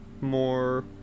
more